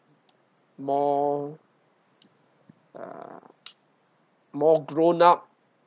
more uh more grown up